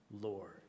Lord